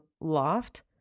loft